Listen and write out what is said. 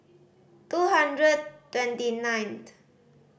two hundred twenty ninth